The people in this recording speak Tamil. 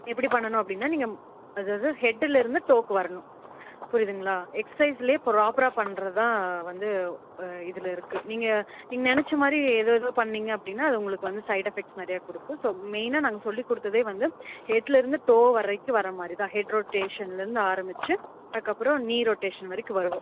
எப்படி பண்ணனும் அப்படினா நீங்கள் அதாவது ஹெட்டில் இருந்து டோக்கு வரணும் புரியிதுங்கலா எக்சசைஸ்லேயே பிராப்பராக பண்ணுறதான் வந்து இதில் இருக்குது நீங்கள் நினச்ச மாதிரி எதேதோ பண்ணீங்க அப்படினா அது உங்களுக்கு வந்து சைடு எஃபெக்ட்ஸ் நிறைய கொடுக்கும் ஸோ மெயினா நாங்கள் சொல்லிக்கொடுத்ததே வந்து ஹெட்டில் இருந்து டோவரைக்கும் வரமாதிரிதான் ஹெட்ரொட்டேஷனில் இருந்து ஆரம்மித்து அதுக்கு அப்புறோம் நீரொட்டேஷன் வரைக்கும் வருவோம்